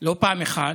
לא פעם אחת,